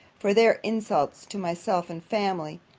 for their insults to myself and family,